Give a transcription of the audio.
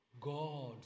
God